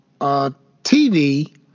TV